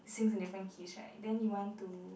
sing from different keys right then you want to